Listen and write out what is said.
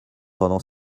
pendant